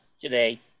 today